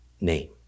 name